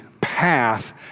path